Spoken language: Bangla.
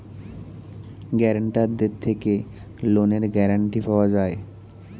গ্যারান্টারদের থেকে লোনের গ্যারান্টি পাওয়া যায়